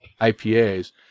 IPAs